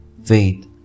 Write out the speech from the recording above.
faith